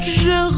je